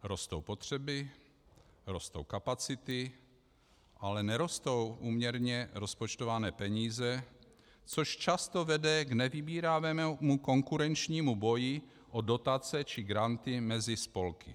Rostou potřeby, rostou kapacity, ale nerostou úměrně rozpočtované peníze, což často vede k nevybíravému konkurenčnímu boji o dotace či granty mezi spolky.